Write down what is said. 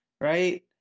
Right